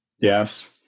Yes